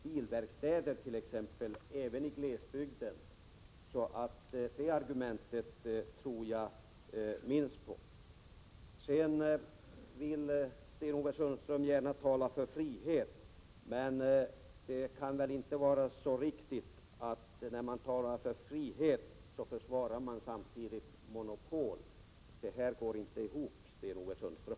Det finns t.ex. bilverkstäder även i glesbygden. Det argumentet tror jag således minst på. Sten-Ove Sundström vill gärna tala för frihet. Det kan väl inte vara riktigt att tala för frihet och samtidigt försvara monopol? Det går inte ihop, Sten-Ove Sundström.